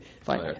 fine